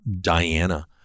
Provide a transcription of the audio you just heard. Diana